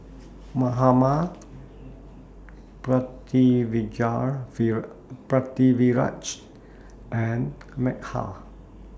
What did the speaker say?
Mahatma Pritiviraj and Medha